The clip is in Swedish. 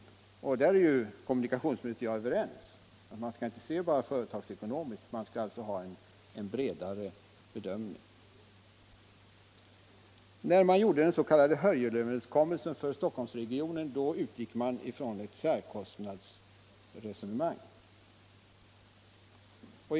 Kommunikationsministern och jag är ju överens om att man inte bara skall se detta företagsekonomiskt utan göra en bredare bedömning. När man gjorde den s.k. Hörjelöverenskommelsen utgick man från ett särkostnadsresonemang.